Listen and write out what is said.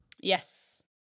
yes